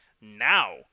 Now